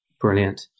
Brilliant